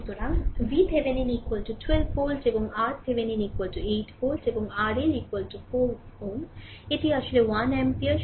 সুতরাং VThevenin 12 volt এবং RThevenin 8 Ω এবং RL 4 Ω সুতরাং এটি আসলে 1 অ্যাম্পিয়ার